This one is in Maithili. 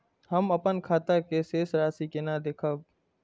हम अपन खाता के शेष राशि केना देखब?